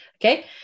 Okay